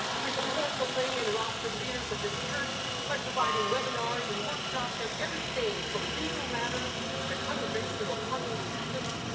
we support the lay and rostered leaders of this church by providing webinars and workshops on everything from legal matters to congregational constitutions,